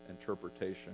interpretation